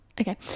Okay